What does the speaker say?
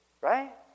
right